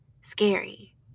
scary